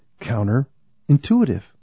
counterintuitive